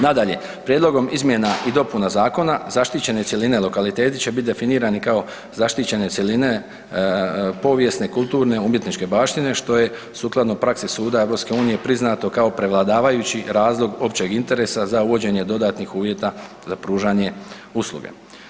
Nadalje, prijedlogom izmjena i dopuna zakona, zaštićene cjeline i lokaliteti će biti definirani kao zaštićene cjeline, povijesne, kulturne, umjetničke baštine, što je sukladno praksu Suda EU priznato kao prevladavajući razlog općeg interesa za uvođenje dodatnih uvjeta za pružanje usluge.